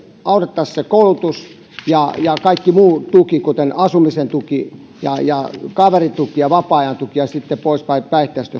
aloitettaisiin koulutus ja ja kaikki muu tuki kuten asumisen tuki ja ja kaverituki ja vapaa ajan tuki ja sitten poispäin päihteistä